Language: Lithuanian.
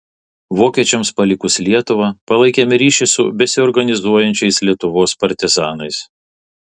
vokiečiams palikus lietuvą palaikėme ryšį su besiorganizuojančiais lietuvos partizanais